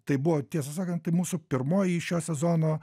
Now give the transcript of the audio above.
tai buvo tiesą sakant tai mūsų pirmoji šio sezono